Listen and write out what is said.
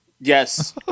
Yes